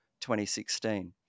2016